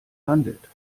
handelt